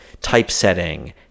typesetting